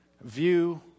view